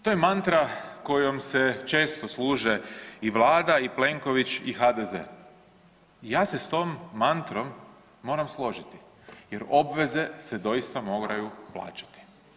To je mantra kojom se često služe i Vlada i Plenković i HDZ i ja se s tom mantrom moram složiti jer obveze se doista moraju plaćati.